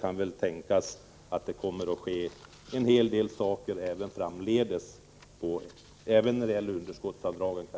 Jag kan förmoda att det kommer att ske en hel del även framledes beträffande underskottsavdragen.